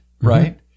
right